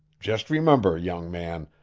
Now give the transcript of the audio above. just remember, young man,